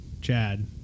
Chad